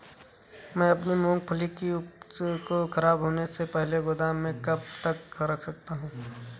मैं अपनी मूँगफली की उपज को ख़राब होने से पहले गोदाम में कब तक रख सकता हूँ?